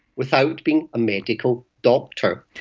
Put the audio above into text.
without being a medical doctor.